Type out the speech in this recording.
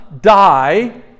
die